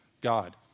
God